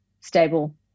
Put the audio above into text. stable